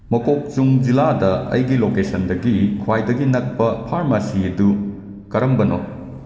ꯃꯣꯀꯣꯛꯆꯨꯡ ꯖꯤꯂꯥꯗ ꯑꯩꯒꯤ ꯂꯣꯀꯦꯁꯟꯗꯒꯤ ꯈ꯭ꯋꯥꯏꯗꯒꯤ ꯅꯛꯄ ꯐꯥꯔꯃꯥꯁꯤ ꯑꯗꯨ ꯀꯔꯝꯕꯅꯣ